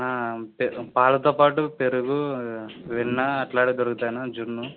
పె పాలతో పాటు పెరుగు వెన్న అట్లాంటివి దొరుకుతాయి అన్న జున్ను